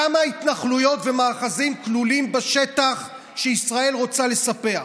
כמה התנחלויות ומאחזים כלולים בשטח שישראל רוצה לספח?